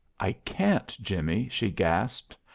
i can't, jimmie! she gasped.